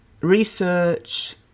research